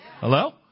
Hello